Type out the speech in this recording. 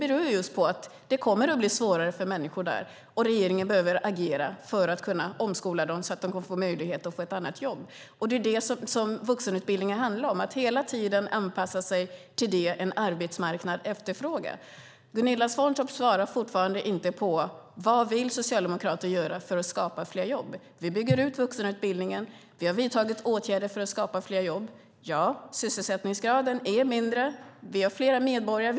Det kommer att bli svårare för människorna där, och regeringen behöver därför agera för att omskola dem så att de har möjlighet att få ett annat jobb. Det är det vuxenutbildningen handlar om, att hela tiden anpassa den till det som arbetsmarknaden efterfrågar. Gunilla Svantorp svarar fortfarande inte på frågan vad Socialdemokraterna vill göra för att skapa fler jobb. Vi bygger ut vuxenutbildningen. Vi har vidtagit åtgärder för att skapa fler jobb. Ja, sysselsättningsgraden är lägre. Vi har fler medborgare.